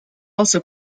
also